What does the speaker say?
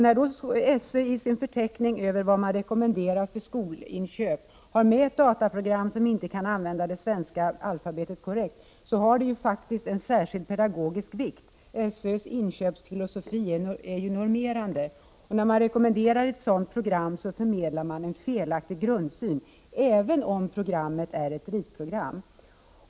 När SÖ i sin förteckning över vad man rekommenderar för skolinköp har med ett dataprogram som inte kan använda det svenska alfabetet korrekt, får detta faktiskt en särskild pedagogisk vikt. SÖ:s inköpsfilosofi är ju normerande, och när man rekommenderar ett sådant program förmedlar man en felaktig grundsyn även om programmet är ett ritprogram.